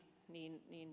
viinin